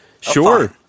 Sure